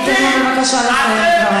תיתן לו בבקשה לסיים.